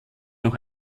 noch